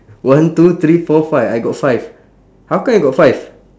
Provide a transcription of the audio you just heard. one two three four five I got five how come I got five